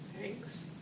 Thanks